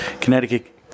Connecticut